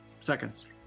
seconds